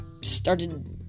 started